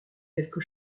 quelque